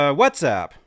WhatsApp